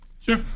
Sure